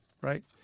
Right